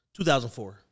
2004